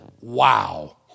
wow